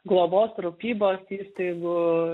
globos rūpybos įstaigų